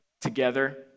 together